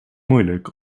moeilijk